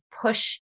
push